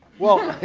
well.